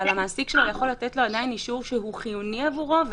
אבל המעסיק שלו יכול לתת לו עדיין אישור שהוא חיוני עבורו,